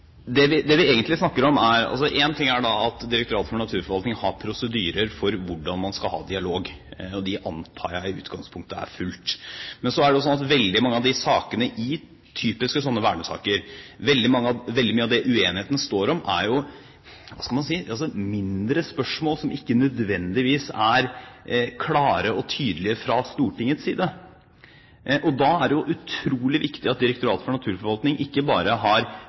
ting er at Direktoratet for naturforvaltning har prosedyrer for hvordan man skal ha dialog – og de antar jeg i utgangspunktet er fulgt. Men så er det slik at veldig mye av det uenigheten står om i typiske vernesaker, er jo – hva skal man si – mindre spørsmål som ikke nødvendigvis er klare og tydelige fra Stortingets side. Da er det utrolig viktig at Direktoratet for naturforvaltning ikke bare har